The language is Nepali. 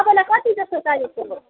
तपाईँलाई कति जस्तो चाहिएको थियो होला